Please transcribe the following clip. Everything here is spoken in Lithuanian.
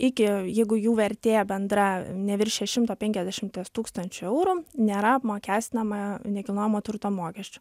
iki jeigu jų vertė bendra neviršija šimto penkiasdešimties tūkstančių eurų nėra apmokestinama nekilnojamo turto mokesčiu